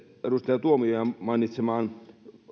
edustaja tuomiojan mainitsemaan